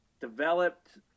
developed